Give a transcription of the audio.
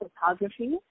photography